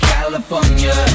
California